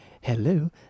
Hello